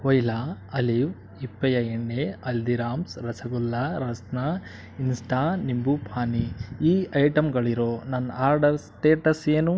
voila olive ಹಿಪ್ಪೆಯ ಎಣ್ಣೆ Haldiram's rasgulla Rasna insta nimbu pani ಈ ಐಟಂಗಳಿರೋ ನನ್ನ ಆರ್ಡರ್ ಸ್ಟೇಟಸ್ ಏನು